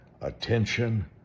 attention